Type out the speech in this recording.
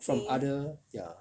from other ya